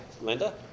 Linda